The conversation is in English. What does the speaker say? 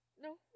No